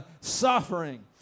suffering